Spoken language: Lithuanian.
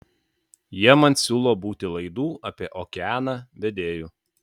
jie man siūlo būti laidų apie okeaną vedėju